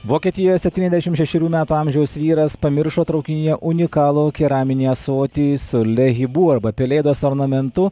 vokietijoj septyniasdešimt šešerių metų amžiaus vyras pamiršo traukinyje unikalų keraminį ąsotį su lehibu arba pelėdos ornamentu